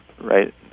Right